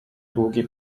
długi